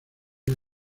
una